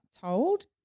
told